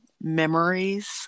memories